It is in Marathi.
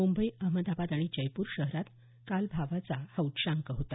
मुंबई अहमदाबाद आणि जयपूर शहरात काल भावाचा हा उच्चांक होता